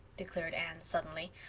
declared anne suddenly.